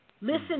Listen